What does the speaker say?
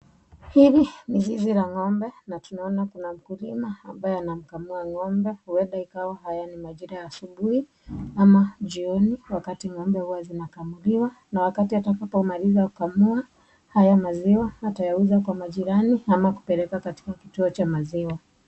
Hili ni zizi la ng'ombe na tunaona kuna mkulima ambaye anamkamua ng'ombe huenda ikiwa haya ni majira ya asubuhi ama jioni wakati ng'ombe huwa zinakamuliwa na wakati atakapo maliza kukamua haya maziwa atayauza kwa majirani ama kupeleka katika kituo cha maziwa.